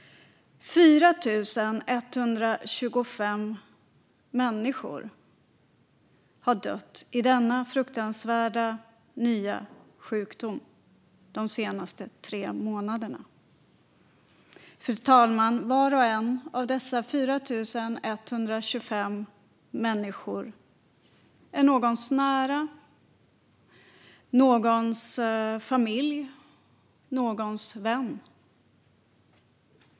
4 125 människor har dött i denna fruktansvärda nya sjukdom de senaste tre månaderna. Var och en av dessa 4 125 människor, fru talman, är någons nära, någons familj, någons vän.